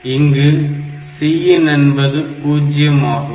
இங்கு Cin என்பது 0 ஆகும்